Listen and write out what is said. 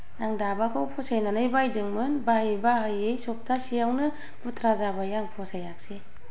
आं दाबाखौ फसायनानै बायदोंमोन बाहायै बाहायै सफ्थासेयावनो बुथ्रा जाबाय आं फासायासै